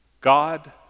God